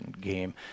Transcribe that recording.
game